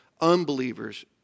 unbelievers